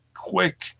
Quick